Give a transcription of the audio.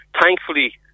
thankfully